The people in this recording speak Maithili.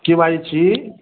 के बाजै छी